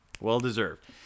Well-deserved